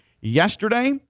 yesterday